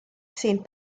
saint